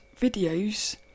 videos